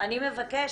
אני מבקשת.